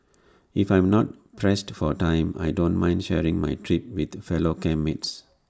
if I'm not pressed for time I don't mind sharing my trip with fellow camp mates